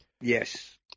yes